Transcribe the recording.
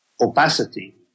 opacity